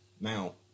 Now